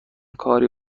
کاری